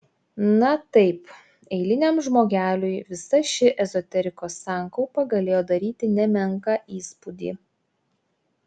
na taip eiliniam žmogeliui visa ši ezoterikos sankaupa galėjo daryti nemenką įspūdį